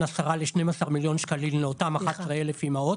10 ל-12 מיליון שקלים לאותן 11,000 אימהות,